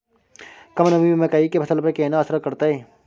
कम नमी मकई के फसल पर केना असर करतय?